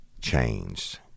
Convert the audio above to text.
changed